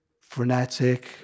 frenetic